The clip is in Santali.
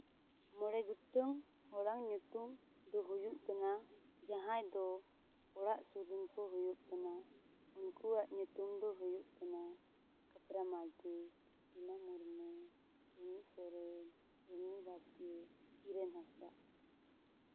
ᱢᱚᱬᱮ ᱜᱚᱴᱟᱱ ᱦᱚᱲᱟᱜ ᱧᱩᱛᱩᱢ ᱫᱚ ᱦᱩᱭᱩᱜ ᱠᱟᱱᱟ ᱡᱟᱦᱟᱸᱭ ᱫᱚ ᱚᱲᱟᱜ ᱥᱩᱨ ᱨᱮᱱ ᱠᱚ ᱦᱩᱭᱩᱜ ᱠᱟᱱᱟ ᱩᱱᱠᱩᱣᱟᱜ ᱧᱩᱛᱩᱢ ᱫᱚ ᱦᱩᱭᱩᱜ ᱠᱟᱱᱟ ᱠᱟᱹᱯᱨᱟᱹ ᱢᱟᱨᱰᱤ ᱫᱤᱱᱩ ᱢᱩᱨᱢᱩ ᱥᱩᱢᱤ ᱥᱚᱨᱮᱱ ᱰᱩᱢᱱᱤ ᱵᱟᱥᱠᱮ ᱠᱤᱨᱟᱱ ᱦᱟᱸᱥᱫᱟ